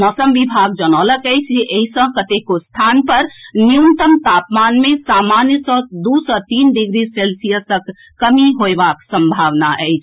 मौसम विभाग जनौलक अछि जे एहि सॅ कतेको स्थान पर न्यूनतम तापमान मे सामान्य सॅ दू सॅ तीन डिग्री सेल्सियसक कमी होयबाक संभावना अछि